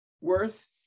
worth